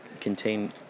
contain